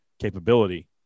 capability